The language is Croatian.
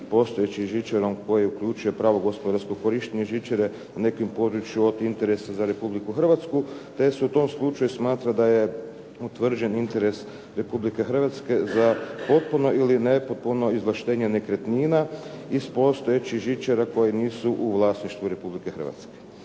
postojećih žičara koji uključuje pravo gospodarsko korištenje žičare, na nekom području od interesa za Republiku Hrvatsku, te se u tom slučaju smatra da je utvrđen interes Republike Hrvatske za postupno ili nepotpuno izvlaštenje nekretnina iz postojećih žičara koje nisu u vlasništvu Republike Hrvatske.